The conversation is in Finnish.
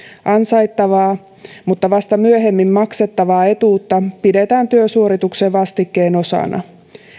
ansaittavaa mutta vasta myöhemmin maksettavaa etuutta pidetään työsuorituksen vastikkeen osana